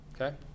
okay